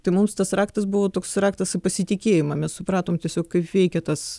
tai mums tas raktas buvo toks raktas į pasitikėjimą mes supratom tiesiog kaip veikia tas